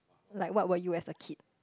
like what were you as a kid